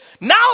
Now